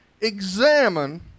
examine